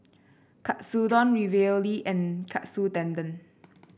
Katsudon Ravioli and Katsu Tendon